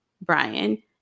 Brian